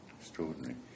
Extraordinary